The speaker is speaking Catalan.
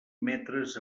metres